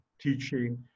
teaching